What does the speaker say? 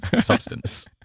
substance